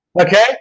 Okay